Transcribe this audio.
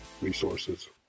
resources